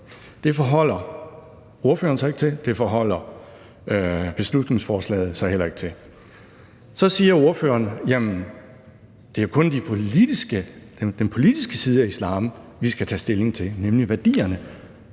Det forholder ordføreren sig ikke til, og det forholder beslutningsforslaget sig heller ikke til. Så siger ordføreren, at det kun er den politiske side af islam, vi skal tage stilling til, nemlig værdierne.